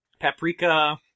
paprika